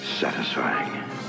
Satisfying